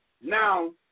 Now